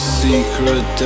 secret